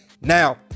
Now